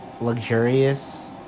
luxurious